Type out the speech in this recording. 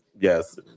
Yes